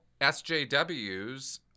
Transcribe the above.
SJWs